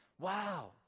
Wow